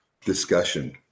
discussion